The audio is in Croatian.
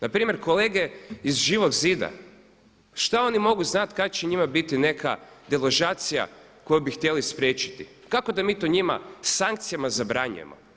Na primjer kolege iz Živog zida što oni mogu znati kad će njima biti neka deložacija koju bi htjeli spriječiti, kako da mi to njima sankcijama zabranjujemo?